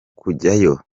kujyayo